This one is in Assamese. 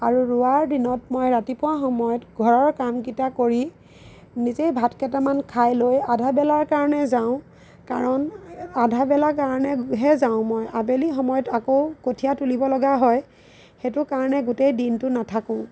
আৰু ৰোৱাৰ দিনত মই ৰাতিপুৱা সময়ত ঘৰৰ কামকেইটা কৰি নিজেও ভাত কেইটামান খাই লৈ আধাবেলাৰ কাৰণে যাওঁ কাৰণ আধাবেলাৰ কাৰণেহে যাওঁ মই আবেলি সময়ত আকৌ কঠীয়া তুলিবলগা হয় সেইটো কাৰণে গোটেই দিনটো নাথাকোঁ